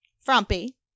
frumpy